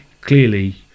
Clearly